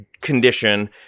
condition